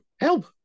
help